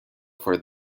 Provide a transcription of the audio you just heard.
for